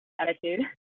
attitude